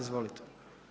Izvolite.